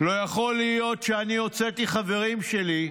לא יכול להיות שאני הוצאתי חברים שלי,